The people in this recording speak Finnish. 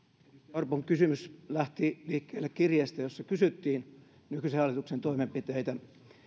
orpon kysymys lähti liikkeelle kirjeestä jossa kysyttiin nykyisen hallituksen toimenpiteitä